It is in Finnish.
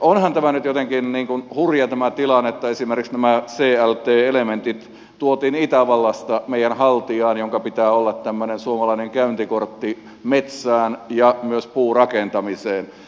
onhan tämä nyt jotenkin hurja tilanne että esimerkiksi nämä clt elementit tuotiin itävallasta meidän haltiaan jonka pitää olla tämmöinen suomalainen käyntikortti metsään ja myös puurakentamiseen